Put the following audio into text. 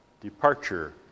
departure